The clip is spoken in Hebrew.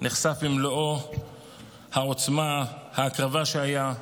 נחשף במלוא העוצמה, ההקרבה שהייתה,